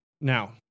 now